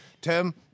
Tim